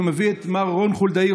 ומביא את מר רון חולדאי,